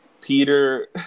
Peter